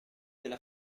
della